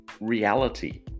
reality